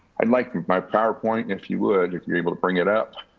i'd like my powerpoint, if you would, if you're able to bring it up.